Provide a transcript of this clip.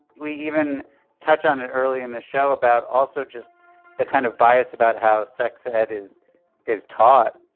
we even touch on it early in the show about also just the kind of bias about how sex ed is is taught,